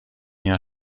jahr